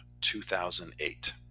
2008